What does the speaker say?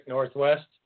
Northwest